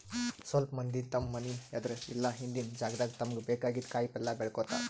ಸ್ವಲ್ಪ್ ಮಂದಿ ತಮ್ಮ್ ಮನಿ ಎದ್ರ್ ಇಲ್ಲ ಹಿಂದಿನ್ ಜಾಗಾದಾಗ ತಮ್ಗ್ ಬೇಕಾಗಿದ್ದ್ ಕಾಯಿಪಲ್ಯ ಬೆಳ್ಕೋತಾರ್